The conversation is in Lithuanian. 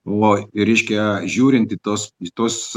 lo reiškia žiūrint į tuos į tuos